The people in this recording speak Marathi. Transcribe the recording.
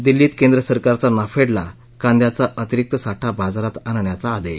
दिल्लीत केंद्र सरकारचा नाफेडला काद्यांचा अतिरिक्त साठा बाजारात आणण्याचा आदेश